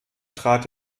trat